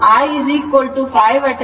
ಆದ್ದರಿಂದಈಗ VL j XL ಆಗಿದೆ